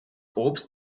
obst